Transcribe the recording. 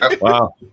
Wow